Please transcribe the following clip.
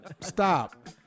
Stop